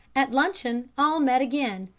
at luncheon all met again,